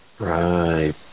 Right